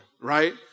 right